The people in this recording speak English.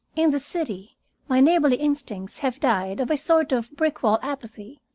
in the city my neighborly instincts have died of a sort of brick wall apathy,